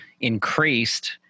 increased